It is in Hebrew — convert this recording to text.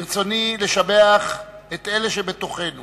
ברצוני לשבח את אלה שבתוכנו